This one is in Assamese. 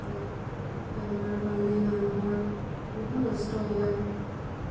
হয় বেমাৰৰ কাৰণে মানুহৰ বহু নষ্ট হয়